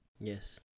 yes